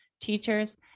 teachers